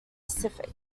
pacific